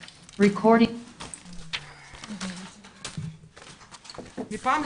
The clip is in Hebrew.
14:35.